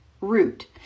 root